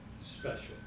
special